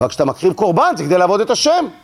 רק כשאתה מקריב קורבן זה כדי לעבוד את השם!